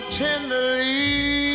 tenderly